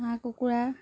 হাঁহ কুকুৰা